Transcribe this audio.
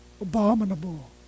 abominable